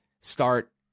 start